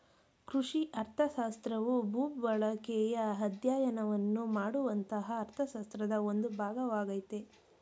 ಕೃಷಿ ಅರ್ಥಶಾಸ್ತ್ರವು ಭೂಬಳಕೆಯ ಅಧ್ಯಯನವನ್ನು ಮಾಡುವಂತಹ ಅರ್ಥಶಾಸ್ತ್ರದ ಒಂದು ಭಾಗವಾಗಯ್ತೆ